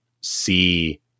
see